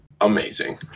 amazing